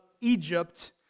Egypt